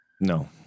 No